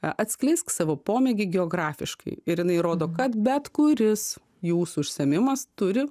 a atskleisk savo pomėgį geografiškai ir jinai rodo kad bet kuris jūsų užsiėmimas turi